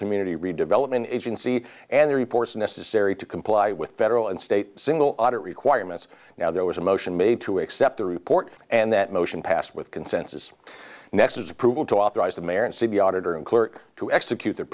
community redevelopment agency and the reports necessary to comply with federal and state single audit requirements now there was a motion made to accept the report and that motion passed with consensus next approval to authorize the mayor and city auditor and clerk to execute